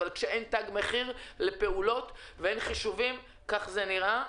אבל כשאין תג מחיר לפעולות ואין חישובים כך זה נראה.